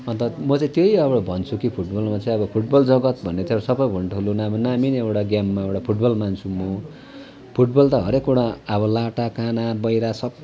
अन्त म चाहिँ त्यही अब भन्छु कि फुटबलमा चाहिँ अब फुटबल जगत् भन्ने चाहिँ अब सबैभन्दा ठुलो नामी नै एउटा गेममा फुटबल मान्छु म फुटबल त हरेकवटा अब लाटा काना बहिरा